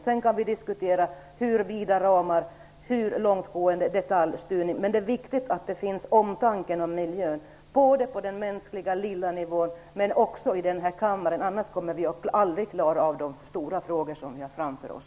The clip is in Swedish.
Sedan kan vi diskutera hur vida ramarna skall vara och hur långtgående detaljstyrning vi skall ha. Omtanken om miljön är alltså viktig både på den "lilla nivån", den mänskliga nivån, och i denna kammare, för annars klarar vi aldrig av de stora frågor som vi har framför oss.